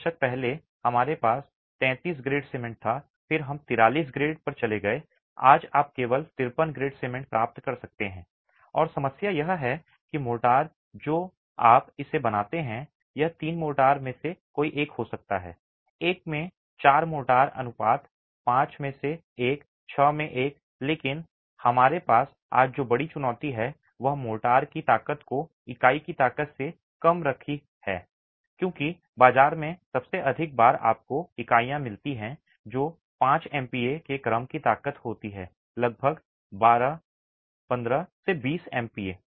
कुछ दशक पहले हमारे पास 33 ग्रेड सीमेंट था फिर हम 43 ग्रेड पर चले गए आज आप केवल 53 ग्रेड सीमेंट प्राप्त कर सकते हैं और समस्या यह है कि मोर्टार जो आप इसे बनाते हैं यह तीन मोर्टार में एक हो सकता है एक में चार मोर्टार अनुपात पांच में से एक छह में एक लेकिन हमारे पास आज जो बड़ी चुनौती है वह मोर्टार की ताकत को इकाई की ताकत से कम रख रही है क्योंकि बाजार में सबसे अधिक बार आपको इकाइयाँ मिलती हैं जो 5 एमपीए के क्रम की ताकत की होती हैं लगभग 15 20 एमपीए